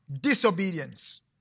disobedience